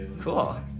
Cool